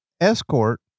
escort